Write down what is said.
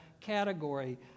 category